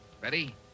Ready